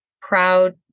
proud